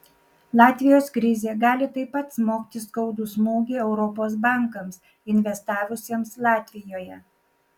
latvijos krizė gali taip pat smogti skaudų smūgį europos bankams investavusiems latvijoje